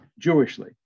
Jewishly